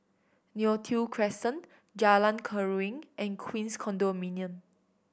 Neo Tiew Crescent Jalan Keruing and Queens Condominium